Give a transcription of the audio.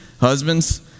Husbands